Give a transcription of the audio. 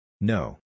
No